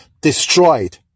destroyed